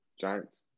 Giants